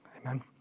Amen